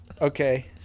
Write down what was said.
okay